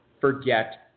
forget